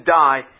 die